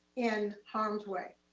in harms way.